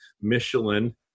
Michelin